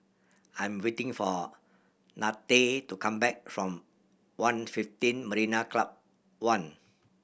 I'm waiting for Nanette to come back from One fifteen Marina Club One